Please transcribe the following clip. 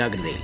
ജാഗ്രതയിൽ